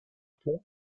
pont